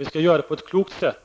Vi skall göra det på ett klokt sätt